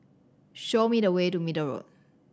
show me the way to Middle Road